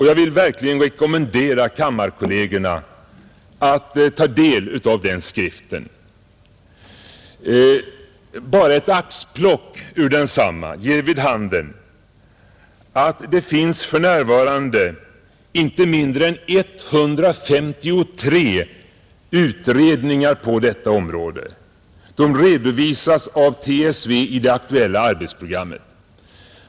Jag vill verkligen rekommendera kammarkollegerna att ta del av den skriften. Bara ett axplock ur densamma ger vid handen att det för närvarande finns inte mindre än 153 utredningar på detta område. De redovisas av TSV i det aktuella arbetsprogrammet.